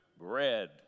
bread